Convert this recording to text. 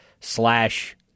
slash